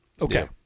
Okay